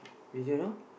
we don't know